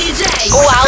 Wow